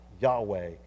yahweh